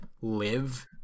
live